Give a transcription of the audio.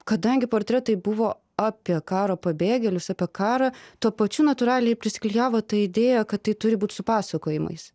kadangi portretai buvo apie karo pabėgėlius apie karą tuo pačiu natūraliai prisiklijavo ta idėja kad tai turi būt su pasakojimais